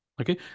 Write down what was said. Okay